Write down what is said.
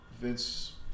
Vince